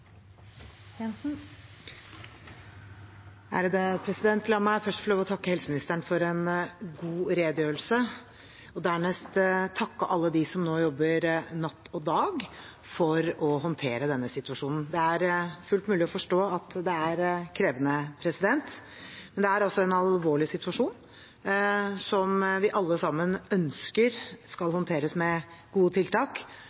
La meg først få lov til å takke helseministeren for en god redegjørelse og dernest takke alle dem som nå jobber natt og dag for å håndtere denne situasjonen. Det er fullt mulig å forstå at det er krevende, men det er også en alvorlig situasjon som vi alle sammen ønsker skal